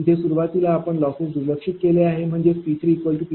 इथे सुरुवातीला आपण लॉसेस दुर्लक्षित केले आहे